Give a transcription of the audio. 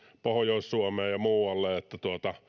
pohjois suomeen ja muualle että